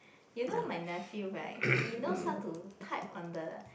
you know my nephew right he knows how to type on the